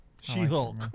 She-Hulk